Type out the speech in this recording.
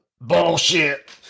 Bullshit